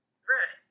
Right